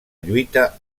lluita